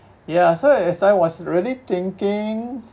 ya so as I was really thinking